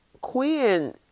Quinn